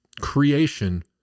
Creation